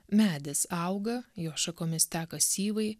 medis auga jo šakomis teka syvai